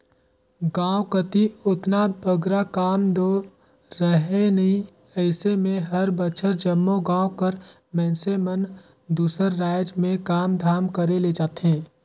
गाँव कती ओतना बगरा काम दो रहें नई अइसे में हर बछर जम्मो गाँव कर मइनसे मन दूसर राएज में काम धाम करे ले जाथें